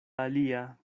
alia